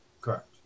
Correct